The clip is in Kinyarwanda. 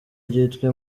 ryitwa